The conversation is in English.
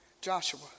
Joshua